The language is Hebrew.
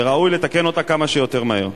וראוי לתקן אותו כמה שיותר מהר.